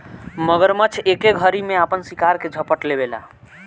मगरमच्छ एके घरी में आपन शिकार के झपट लेवेला